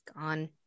gone